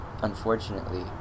unfortunately